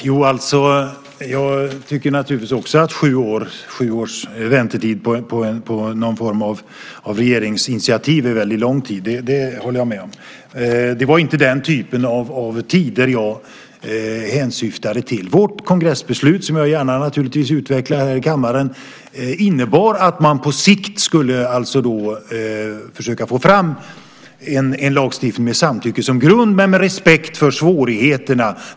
Herr talman! Jag tycker naturligtvis också att sju års väntetid på någon form av regeringsinitiativ är väldigt lång tid. Det håller jag med om. Det var inte den typen av tider jag hänsyftade på. Vårt kongressbeslut, som jag naturligtvis gärna utvecklar här i kammaren, innebar att man på sikt skulle försöka få fram en lagstiftning med samtycke som grund men med respekt för svårigheterna.